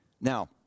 Now